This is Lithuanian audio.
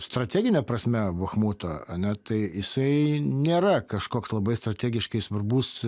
strategine prasme bachmuto ane tai jisai nėra kažkoks labai strategiškai svarbus